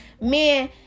men